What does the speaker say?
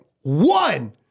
one